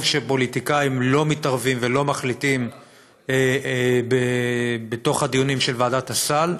טוב שפוליטיקאים לא מתערבים ולא מחליטים בתוך הדיונים של ועדת הסל,